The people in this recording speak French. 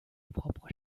propre